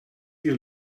you